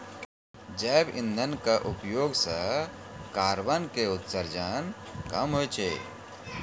जैव इंधन के उपयोग सॅ कार्बन के उत्सर्जन कम होय छै